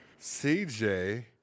CJ